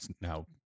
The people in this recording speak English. now